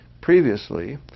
Previously